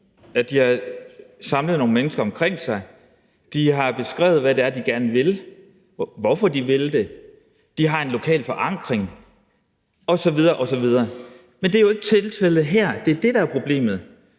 har samlet nogle mennesker omkring sig og har beskrevet, hvad de gerne vil, og hvorfor de vil det, og de har en lokal forankring osv. osv. Men det er jo ikke tilfældet her – det er det, der er problemet.